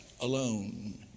alone